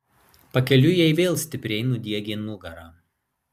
pakeliui jai vėl stipriai nudiegė nugarą